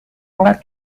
اینقدر